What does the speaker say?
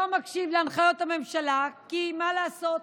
הוא לא מקשיב להנחיות הממשלה, כי מה לעשות,